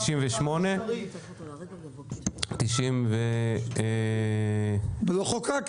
98. לא חוקקתם.